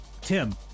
Tim